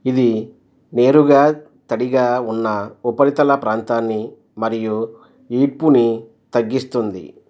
ఇది నేరుగా తడిగా ఉన్న ఉపరితల ప్రాంతాన్ని మరియు ఈడ్పుని తగిస్తుంది